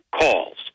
calls